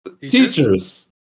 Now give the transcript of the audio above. teachers